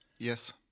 Yes